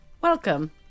Welcome